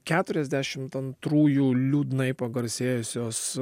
keturiasdešimt antrųjų liūdnai pagarsėjusios